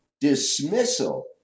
dismissal